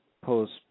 post